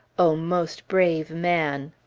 o most brave man!